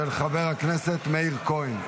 של חבר הכנסת מאיר כהן.